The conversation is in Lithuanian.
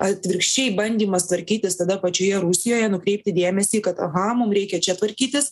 atvirkščiai bandymas tvarkytis tada pačioje rusijoje nukreipti dėmesį kad aha mum reikia čia tvarkytis